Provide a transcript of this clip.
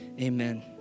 amen